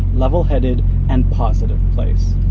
levelheaded and positive place.